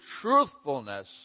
truthfulness